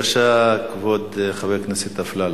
בבקשה, כבוד חבר הכנסת אפללו.